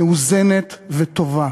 מאוזנת וטובה.